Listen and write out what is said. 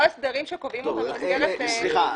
הסדרים שקובעים אותם במסגרת --- סליחה,